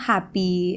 Happy